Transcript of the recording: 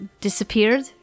Disappeared